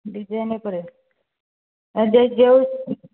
design ଉପରେ ଯେ ଯେଉଁ